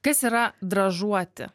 kas yra dražuoti